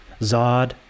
Zod